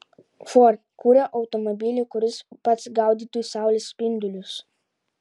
ford kuria automobilį kuris pats gaudytų saulės spindulius